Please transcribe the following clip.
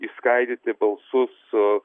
išskaidyti balsus su